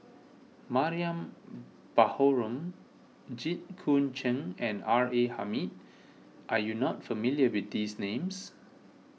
Mariam Baharom Jit Koon Ch'ng and R A Hamid are you not familiar with these names